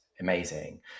amazing